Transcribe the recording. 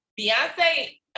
Beyonce